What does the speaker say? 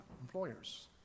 employers